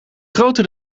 grote